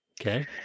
Okay